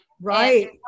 right